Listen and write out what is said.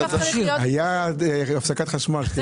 הייתה הפסקת חשמל.